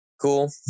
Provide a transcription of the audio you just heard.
Cool